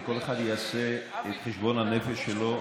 ושכל אחד יעשה את חשבון הנפש שלו.